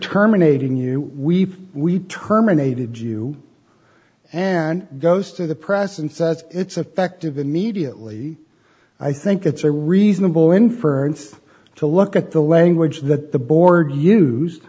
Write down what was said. terminating you weep we terminated you and goes to the press and says it's effective immediately i think it's a reasonable inference to look at the language that the board use